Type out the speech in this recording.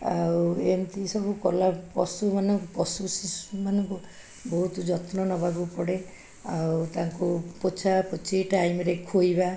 ଆଉ ଏମତି ସବୁ କଲା ପଶୁମାନଙ୍କୁ ପଶୁ ଶିଶୁମାନଙ୍କୁ ବହୁତ ଯତ୍ନ ନବାକୁ ପଡ଼େ ଆଉ ତାଙ୍କୁ ପୋଛାପୋଛି ଟାଇମ୍ ରେ ଖୋଇବା